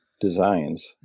designs